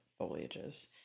foliages